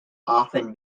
often